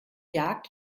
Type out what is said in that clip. jagd